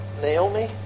Naomi